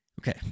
okay